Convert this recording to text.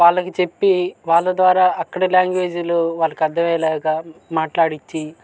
వాళ్లకి చెప్పి వాళ్ల ద్వారా అక్కడి లాంగ్వేజీలో వాళ్లకి అర్థం అయ్యేలాగా మాట్లాడిచ్చి